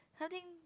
something